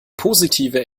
positive